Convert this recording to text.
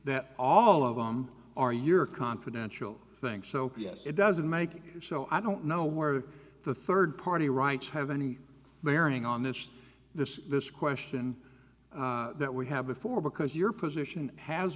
that all of them are your confidential thing so yes it doesn't make it so i don't know where the third party rights have any bearing on this this this question that we have before because your position has